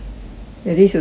at least 有十